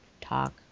talk